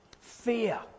Fear